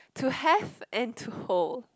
to have and to hold